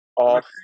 off